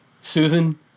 Susan